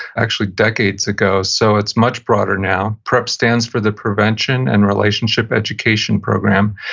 actually decades ago. so, it's much broader now prep stands for the prevention and relationship education program,